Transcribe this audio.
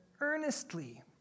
earnestly